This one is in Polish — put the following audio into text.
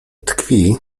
tkwi